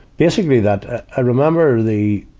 basically that i remember the,